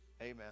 amen